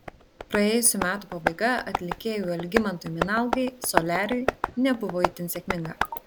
praėjusių metų pabaiga atlikėjui algimantui minalgai soliariui nebuvo itin sėkminga